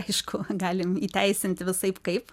aišku galim įteisinti visaip kaip